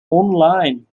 online